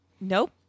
Nope